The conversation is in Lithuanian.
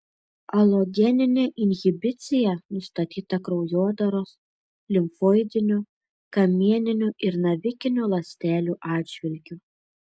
alogeninė inhibicija nustatyta kraujodaros limfoidinių kamieninių ir navikinių ląstelių atžvilgiu